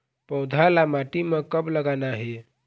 पौधा ला माटी म कब लगाना हे?